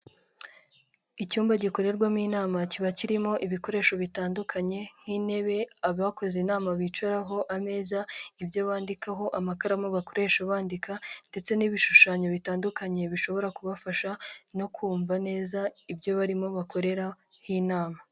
Icyumba gikorerwamo inama, kiba kirimo ibikoresho bitandukanye nk'intebe abakoze inama bicaraho, ameza, ibyo bandikaho, amakaramu bakoresha bandika ndetse n'ibishushanyo bitandukanye bishobora kubafasha no kumva neza ibyo barimo bakoreraho inama.